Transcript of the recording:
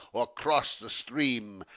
or cross the stream,